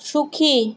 সুখী